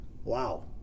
Wow